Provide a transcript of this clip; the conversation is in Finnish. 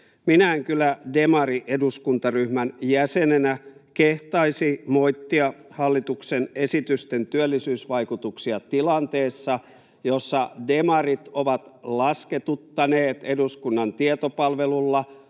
Minä en kyllä demarieduskuntaryhmän jäsenenä kehtaisi moittia hallituksen esitysten työllisyysvaikutuksia tilanteessa, jossa demarit ovat lasketuttaneet eduskunnan tietopalvelulla